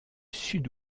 sud